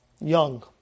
Young